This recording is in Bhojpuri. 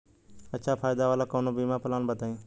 अच्छा फायदा वाला कवनो बीमा पलान बताईं?